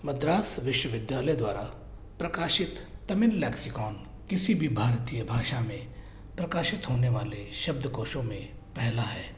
मद्रास विश्वविद्यालय द्वारा प्रकाशित तमिल लेक्सिकॉन किसी भी भारतीय भाषा में प्रकाशित होने वाले शब्दकोशों में पहला है